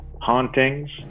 hauntings